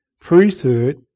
priesthood